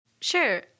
Sure